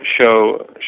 show